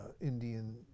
Indian